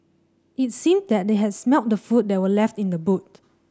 it seemed that they had smelt the food that were left in the boot